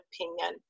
opinion